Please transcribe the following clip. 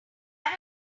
took